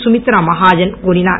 கமித்ரா மகாஜன் கூறினார்